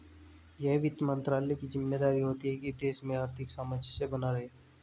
यह वित्त मंत्रालय की ज़िम्मेदारी होती है की देश में आर्थिक सामंजस्य बना रहे